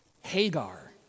Hagar